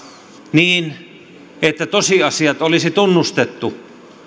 niin että tosiasiat olisi tunnustettu